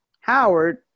Howard